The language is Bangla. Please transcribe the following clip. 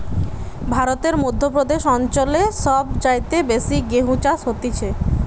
ভারতের মধ্য প্রদেশ অঞ্চল সব চাইতে বেশি গেহু চাষ হতিছে